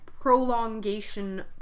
prolongation